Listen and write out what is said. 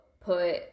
put –